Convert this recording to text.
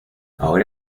ahora